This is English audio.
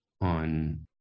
on